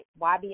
YBM